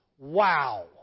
Wow